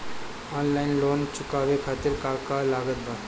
Online loan चुकावे खातिर का का लागत बा?